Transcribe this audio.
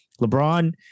LeBron